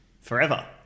forever